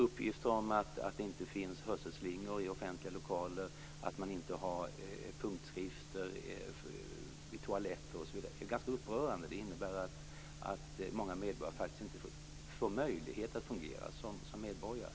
Uppgifter om att det inte finns hörselslingor i offentliga lokaler, att man inte har punktskrift vid toaletter osv. är ganska upprörande. Detta innebär att många medborgare faktiskt inte får möjlighet att fungera som medborgare.